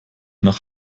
nach